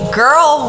girl